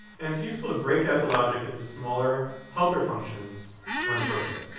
and it's useful to break out the logic into smaller helper functions when appropriate.